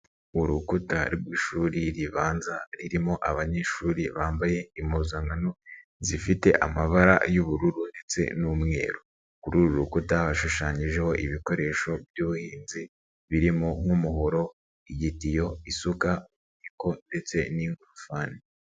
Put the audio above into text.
Urukuta rw'ishuri ribanza ririmo abanyeshuri bambaye impuzankano zifite amabara y'ubururu ndetse n'umweru, kuri uru rukuta hashushanyijeho ibikoresho by'ubuhinzi birimo nk'umuhoro, igitiyo, isuka ndetse n'ingorofani.